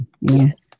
Yes